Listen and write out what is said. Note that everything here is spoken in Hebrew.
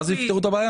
והבעיה